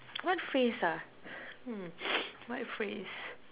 what phrase ah hmm what phrase